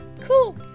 cool